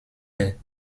fait